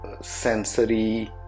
sensory